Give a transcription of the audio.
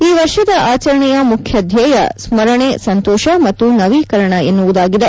ಈ ವರ್ಷದ ಆಚರಣೆಯ ಮುಖ್ಯ ಧ್ವೇಯ ಸ್ನರಣೆ ಸಂತೋಷ ಮತ್ತು ನವೀಕರಣ ಎನ್ನುವುದಾಗಿದೆ